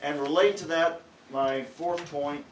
and relate to that my four point